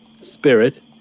spirit